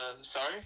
sorry